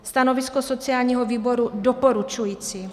Stanovisko sociálního výboru: doporučující.